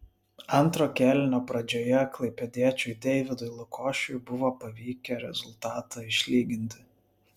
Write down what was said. antro kėlinio pradžioje klaipėdiečiui deividui lukošiui buvo pavykę rezultatą išlyginti